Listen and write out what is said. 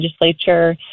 legislature